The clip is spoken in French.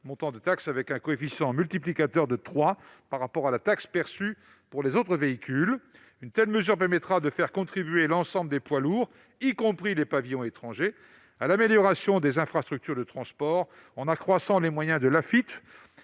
tonnes, avec un coefficient multiplicateur de trois par rapport à la taxe perçue pour les autres véhicules. Une telle mesure permettra de faire contribuer l'ensemble des poids lourds, y compris les pavillons étrangers, à l'amélioration des infrastructures de transport en accroissant les moyens de l'Afitf,